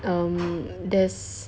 um there's